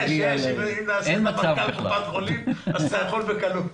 אם נעשית מנכ"ל קופת חולים אז אתה יכול בקלות.